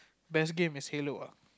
best game is Halo ah